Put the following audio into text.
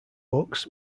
books